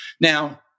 Now